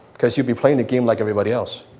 cause you'll be playing the game like everybody else.